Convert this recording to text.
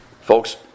Folks